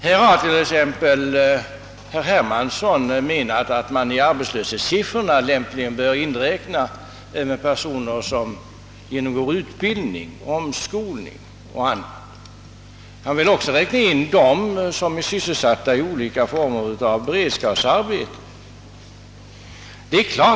Herr Hermansson ansåg att vi i arbetslöshetssiffrorna lämpligen bör inräkna även personer som genomgår utbildning och omskolning samt sådana som är sysselsatta i beredskapsarbeten av olika slag.